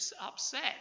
upset